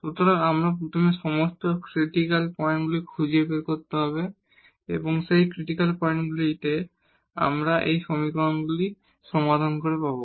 সুতরাং আমাদের প্রথমে সমস্ত ক্রিটিকাল পয়েন্টগুলি খুঁজে বের করতে হবে এবং সেই ক্রিটিকাল পয়েন্টগুলি আমরা এই সমীকরণগুলি সমাধান করে পাব